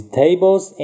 tables